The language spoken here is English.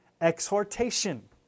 exhortation